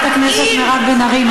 חברת הכנסת מירב בן ארי,